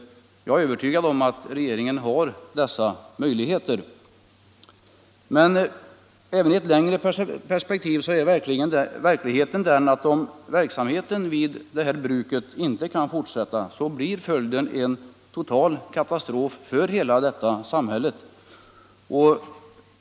Jag är övertygad om att regeringen har dessa möjligheter. Även i ett längre perspektiv är verkligheten den att om verksamheten vid bruket inte kan fortsätta, blir följden en total katastrof för heta detta samhälle.